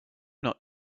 not